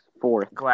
fourth